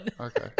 Okay